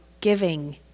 giving